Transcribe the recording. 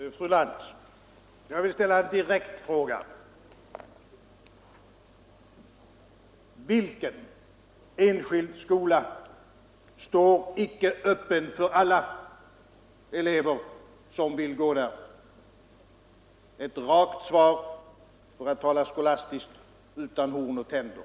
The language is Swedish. Herr talman! Jag vill ställa en direkt fråga till fru Lantz: Vilken enskild skola står icke öppen för alla elever som vill gå där? Ett rakt svar, för att tala skolastiskt, utan horn och tänder!